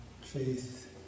faith